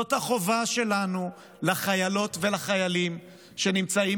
זאת החובה שלנו לחיילות ולחיילים שנמצאים